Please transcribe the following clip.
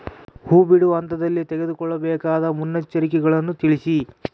ಹೂ ಬಿಡುವ ಹಂತದಲ್ಲಿ ತೆಗೆದುಕೊಳ್ಳಬೇಕಾದ ಮುನ್ನೆಚ್ಚರಿಕೆಗಳನ್ನು ತಿಳಿಸಿ?